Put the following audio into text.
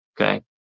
Okay